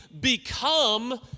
become